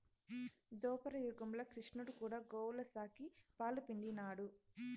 దోపర యుగంల క్రిష్ణుడు కూడా గోవుల సాకి, పాలు పిండినాడు